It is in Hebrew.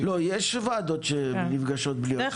לא, יש ועדות שנפגשות בלי יועץ משפטי.